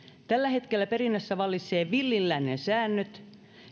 tällä hetkellä perinnässä vallitsevat villin lännen säännöt